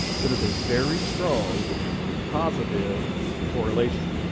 so it is a very strong positive correlation.